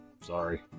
sorry